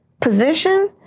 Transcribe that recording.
position